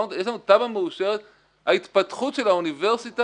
יש לנו תב"ע מאושרת, ההתפתחות של האוניברסיטה,